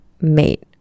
mate